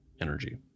energy